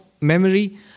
memory